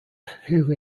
who